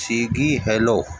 Swiggy हलो